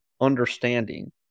understanding